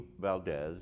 Valdez